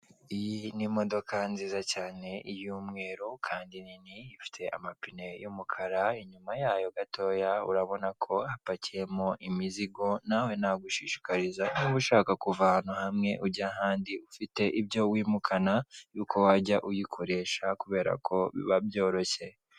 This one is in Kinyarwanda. Iyi ni imodoka nziza cyane y'umweru Kandi nini ifite amapine y'umukara, imyuma yayo gatoya urabona ko hapakiyemo imizigo. Nawe nagushishikariza niba ushaka kuva ahantu hamwe ujya ahandi ufite ibyo wimukana yuko wajya uyikoresha Kuko biba byoroshye.